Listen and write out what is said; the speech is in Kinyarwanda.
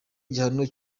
igihano